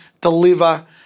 deliver